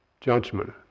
judgment